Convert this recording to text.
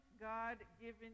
God-given